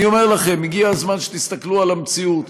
אני אומר לכם, הגיע הזמן שתסתכלו על המציאות.